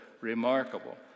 remarkable